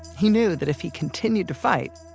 he knew that if he continued to fight,